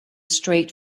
straight